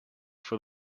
for